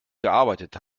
gearbeitet